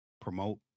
promote